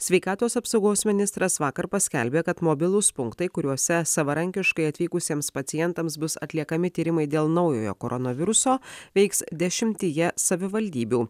sveikatos apsaugos ministras vakar paskelbė kad mobilūs punktai kuriuose savarankiškai atvykusiems pacientams bus atliekami tyrimai dėl naujojo koronaviruso veiks dešimtyje savivaldybių